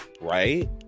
right